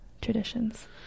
traditions